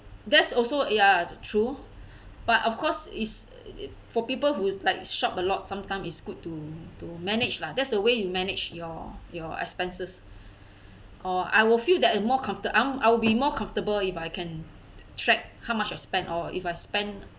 that's also ya true but of course is for people who's like shop a lot sometime it's good to to manage lah that's the way you manage your your expenses or I will feel that a more comforta~ I'm I'll be more comfortable if I can track how much I spend or if I spend